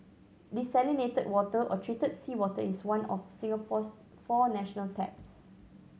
desalinated water or treated seawater is one of Singapore's four national taps